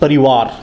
परिवार